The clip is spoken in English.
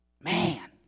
Man